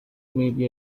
maybe